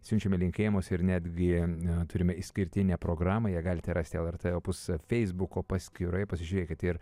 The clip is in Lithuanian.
siunčiame linkėjimus ir netgi turime išskirtinę programą ją galite rasti lrt opus feisbuko paskyroje pasižiūrėkite ir